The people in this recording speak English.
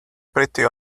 pretty